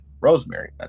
Rosemary